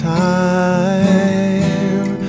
time